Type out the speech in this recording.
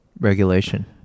regulation